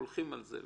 הולכים על זה,